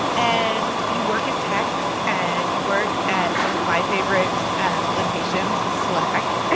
and you work in tech, and you work at one of my favorite applications, slack